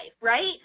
right